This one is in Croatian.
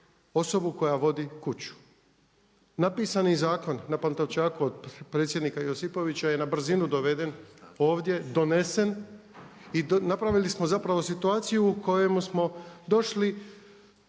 osobu koja vodi kuću. Napisani zakon na Pantovčaku od predsjednika Josipovića je na brzinu doveden ovdje, donesen i napravili smo zapravo situaciju u kojoj smo došli